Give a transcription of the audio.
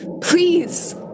Please